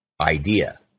idea